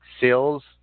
sales